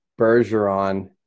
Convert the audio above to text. Bergeron